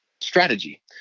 strategy